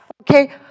Okay